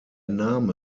name